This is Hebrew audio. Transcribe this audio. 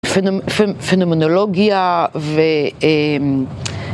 פנומנולוגיה ו...